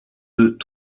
deux